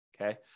Okay